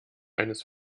eines